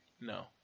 No